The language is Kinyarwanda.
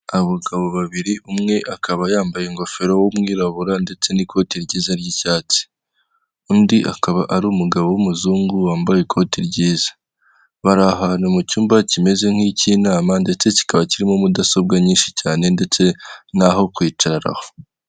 Abagabo babiri, umwe akaba yambaye ingofero, w'umwirabura, ndetse n'ikote ryiza ry'ictatsi. Undi akaba ari umugabo w'umuzungu, wambaye ikote ryiza. Bari ahantu mu cyumba kimeze nk'icy'inama, ndetse kikaba kirimo mudasobwa nyinshi cyane ndetse n'aho kwicara.